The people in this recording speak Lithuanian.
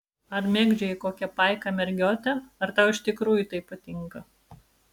ar mėgdžioji kokią paiką mergiotę ar tau iš tikrųjų tai patinka